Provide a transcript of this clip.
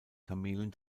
kamelen